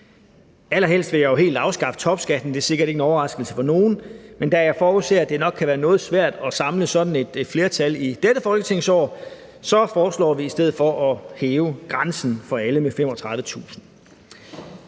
Allerhelst vil jeg jo helt afskaffe topskatten – det er sikkert ikke en overraskelse for nogen, men da jeg forudser, at det nok kan være noget svært at samle sådan et flertal i dette folketingsår, foreslår vi i stedet for at hæve grænsen for alle med 35.000